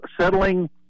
settling